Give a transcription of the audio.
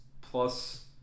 plus